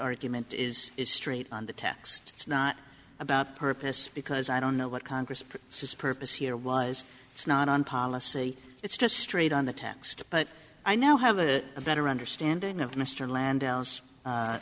argument is is straight on the text it's not about purpose because i don't know what congress says purpose here was it's not on policy it's just straight on the text but i now have a better understanding of mr